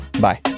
Bye